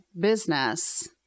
business